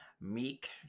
meek